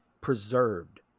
preserved